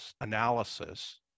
analysis